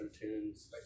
tunes